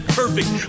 perfect